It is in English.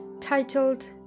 titled